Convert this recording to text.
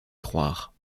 croire